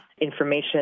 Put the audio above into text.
Information